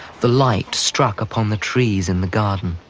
the light struck upon the trees in the garden.